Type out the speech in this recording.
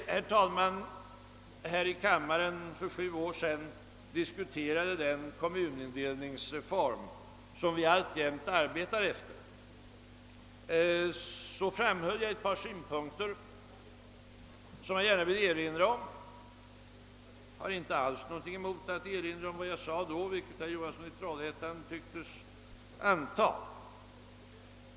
Herr talman! När vi här i kammaren för sju år sedan diskuterade den kommunindelningsreform som vi alltjämt arbetar efter framhöll jag ett par synpunkter som jag gärna vill erinra om. Jag har inte alls, vilket herr Johansson i Trollhättan tycktes anta, någonting emot att erinra om vad jag då sade.